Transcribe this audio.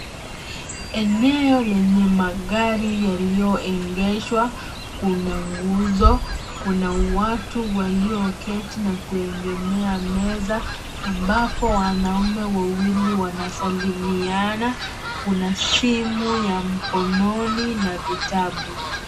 Eneo lenye magari yaliyoegeshwa. Kuna nguzo. Kuna watu walioketi na kuegemea meza, ambapo wanaume wawili wanasalimiana. Kuna simu ya mkononi na vitabu.